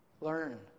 Learn